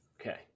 Okay